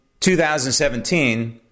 2017